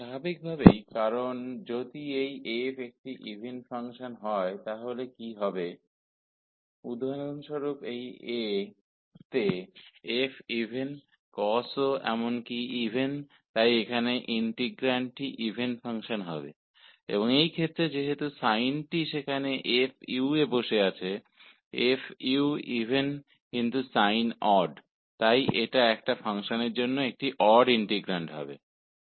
तो स्वाभाविक रूप से क्योंकि यदि यह f एक इवन फ़ंक्शन है तो क्या होगा उदाहरण के लिए इस A के लिए f इवन फ़ंक्शन कास भी एक इवन फ़ंक्शन है इसलिए यहाँ इंटीग्रैंड इवन फ़ंक्शन होगा और इस स्थिति में चूँकि साइन यहाँ f के साथ है f इवन फ़ंक्शन है लेकिन साइन आड फ़ंक्शन है इसलिए इस फ़ंक्शन का इंटीग्रैंड ओडहोगा